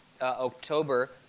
October